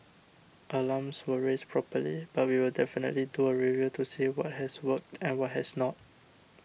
alarms were raised properly but we will definitely do a review to see what has worked and what has not